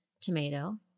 tomato